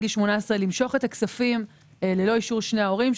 גיל 18 למשוך את הכספים ללא אישור שני ההורים.